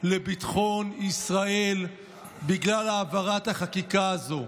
לביטחון ישראל בגלל העברת החקיקה הזו.